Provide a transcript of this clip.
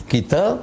Kita